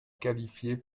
qualifié